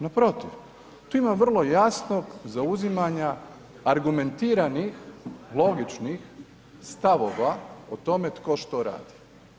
Na protiv, tu ima vrlo jasnog zauzimanja argumentiranih, logičnih stavova o tome tko šta radi.